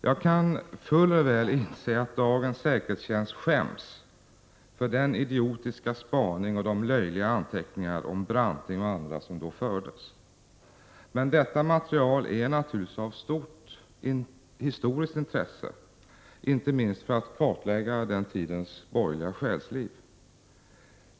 Jag kan fuller väl inse att dagens säkerhetstjänst skäms för den idiotiska spaning och de löjliga anteckningar om Branting och andra som förekom. Men detta material är naturligtvis av stort historiskt intresse, inte minst för att kartlägga den tidens borgerliga själsliv.